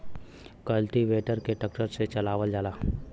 cultivator के tractor से चलावल जाला